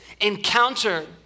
encounter